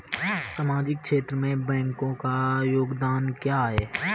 सामाजिक क्षेत्र में बैंकों का योगदान क्या है?